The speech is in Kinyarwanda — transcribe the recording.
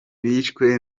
bishwe